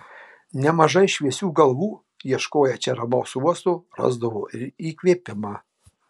nemažai šviesių galvų ieškoję čia ramaus uosto rasdavo ir įkvėpimą